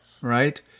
right